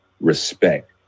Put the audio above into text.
respect